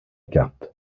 carte